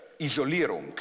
isolierung